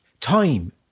time